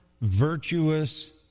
virtuous